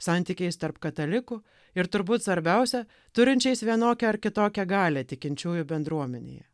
santykiais tarp katalikų ir turbūt svarbiausia turinčiais vienokią ar kitokią galią tikinčiųjų bendruomenėje